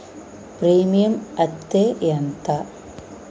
Premium అత్తే ఎంత?